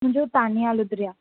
मुंहिंजो तानिया लुधरिया